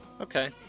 Okay